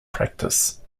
practice